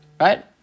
right